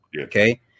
Okay